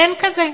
אין כזה.